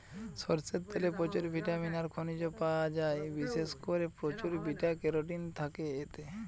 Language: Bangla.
সরষের তেলে প্রচুর ভিটামিন আর খনিজ পায়া যায়, বিশেষ কোরে প্রচুর বিটা ক্যারোটিন থাকে এতে